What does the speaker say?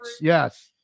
Yes